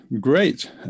great